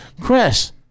Chris